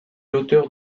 l’auteur